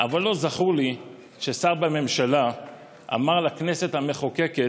אבל לא זכור לי ששר בממשלה אמר לכנסת המחוקקת: